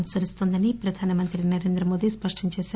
అనుసరిస్తోందని ప్రధానమంత్రి నరేంద్ర మోదీ స్పష్టం చేశారు